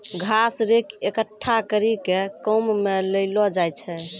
घास रेक एकठ्ठा करी के काम मे लैलो जाय छै